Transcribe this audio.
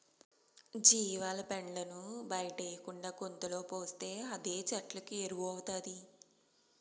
జీవాల పెండను బయటేయకుండా గుంతలో పోస్తే అదే చెట్లకు ఎరువౌతాది